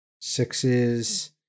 sixes